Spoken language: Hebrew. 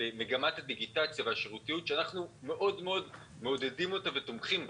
במגמת הדיגיטציה והשירותיות שאנחנו מאוד מאוד מעודדים אותה ותומכים בה.